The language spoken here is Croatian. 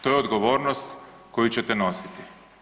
To je odgovornost koju ćete nositi.